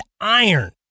iron